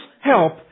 help